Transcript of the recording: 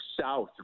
south